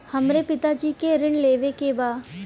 हमरे पिता जी के ऋण लेवे के बा?